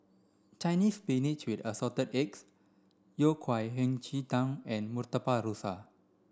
Chinese spinach with assorted eggs Yao Cai Hei Ji Tang and Murtabak Rusa